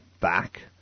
back